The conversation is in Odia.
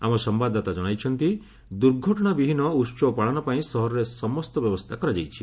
ଆମ ସମ୍ଭାଦଦାତା ଜଣାଇଛନ୍ତି ଦୁର୍ଘଟଣାବିହୀନ ଉତ୍ସବ ପାଳନ ପାଇଁ ସହରରେ ସମସ୍ତ ବ୍ୟବସ୍ଥା କରାଯାଇଛି